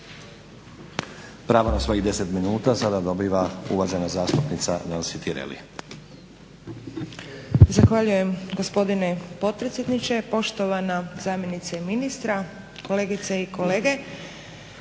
Pravo na svojih 10 minuta sada dobiva uvažena zastupnica Nansi Tireli.